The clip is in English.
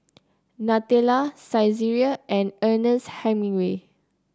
Nutella Saizeriya and Ernest Hemingway